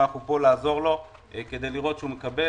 ואנחנו פה לעזור לו כדי לראות שהוא מקבל